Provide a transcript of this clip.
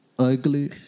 Ugly